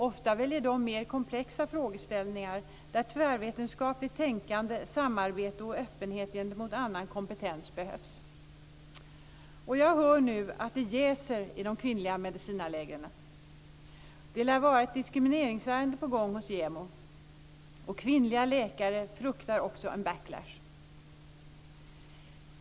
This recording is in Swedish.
Ofta väljer de mer komplexa frågeställningar där tvärvetenskapligt tänkande, samarbete och öppenhet gentemot annan kompetens behövs. Jag hör nu att det jäser i de kvinnliga medicinarlägren. Det lär vara ett diskrimineringsärende på gång hos JämO. Kvinnliga läkare fruktar också en backlash.